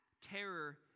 Terror